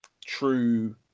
true